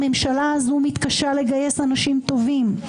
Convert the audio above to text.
הממשלה הזאת מתקשה לגייס אנשים טובים.